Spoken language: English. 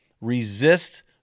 resist